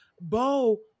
Bo